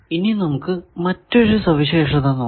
ഇനി നമുക്ക് മറ്റൊരു സവിശേഷത നോക്കാം